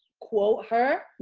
quote her.